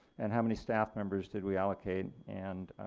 and how many staff members did we allocate and